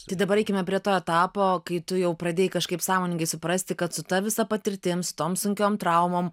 tai dabar eikime prie to etapo kai tu jau pradėjai kažkaip sąmoningai suprasti kad su ta visa patirtim su tom sunkiom traumom